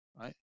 right